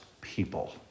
people